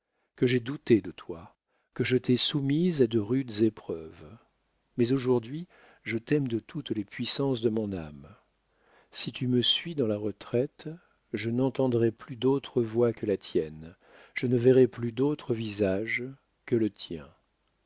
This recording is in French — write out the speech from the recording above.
que j'ai douté de toi que je t'ai soumise à de rudes épreuves mais aujourd'hui je t'aime de toutes les puissances de mon âme si tu me suis dans la retraite je n'entendrai plus d'autre voix que la tienne je ne verrai plus d'autre visage que le tien